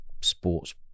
sports